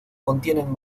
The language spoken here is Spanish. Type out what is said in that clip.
contienen